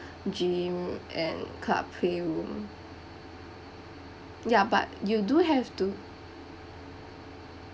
gym and card play room ya but you do have to